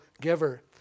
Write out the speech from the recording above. giver